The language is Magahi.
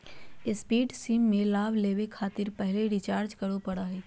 प्रीपेड सिम में लाभ लेबे खातिर पहले रिचार्ज करे पड़ो हइ